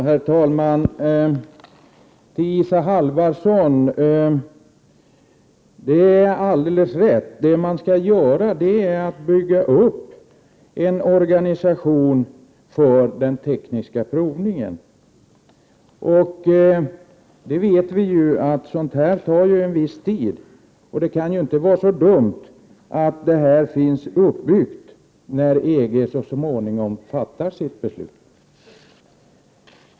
Herr talman! Isa Halvarsson har alldeles rätt i att det man skall göra är att bygga upp en organisation för den tekniska provningen. Sådant här tar en viss tid, och då är det väl inte så dumt att organisationen är uppbyggd när EG så småningom fattar sitt beslut.